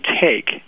take